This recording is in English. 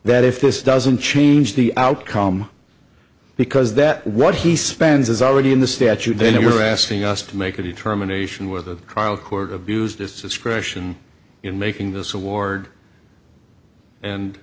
that if this doesn't change the outcome because that what he spends is already in the statute then you are asking us to make a determination whether the trial court abused its discretion in making this award and